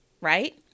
right